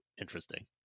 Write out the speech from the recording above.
interesting